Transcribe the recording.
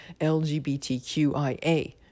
LGBTQIA